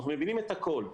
אנחנו מבינים את הכול.